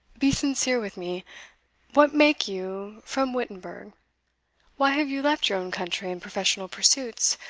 be sincere with me what make you from wittenberg why have you left your own country and professional pursuits,